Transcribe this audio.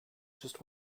just